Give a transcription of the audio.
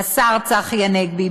השר צחי הנגבי,